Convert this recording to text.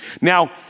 Now